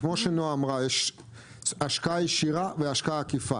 כמו שנעה אמרה, יש השקעה ישירה והשקעה עקיפה.